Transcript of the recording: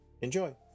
Enjoy